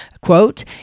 Quote